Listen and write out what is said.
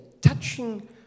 touching